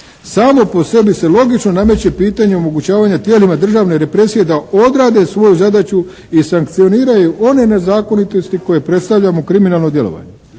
samo po sebi se logično nameće pitanje omogućavanja tijelima državne represije da odrade svoju zadaću i sankcioniraju one nezakonitosti koje predstavljaju kriminalno djelovanje.